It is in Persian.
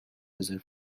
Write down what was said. رزرو